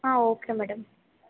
ಹಾಂ okay madam